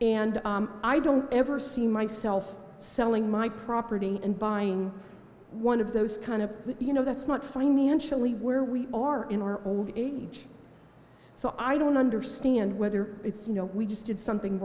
and i don't ever see myself selling my property and buying one of those kind of you know that's not financially where we are in our old age so i don't understand whether it's you know we just did something